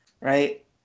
right